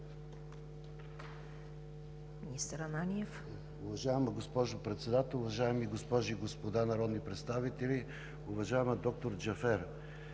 министър Ананиев.